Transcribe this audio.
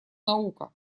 наука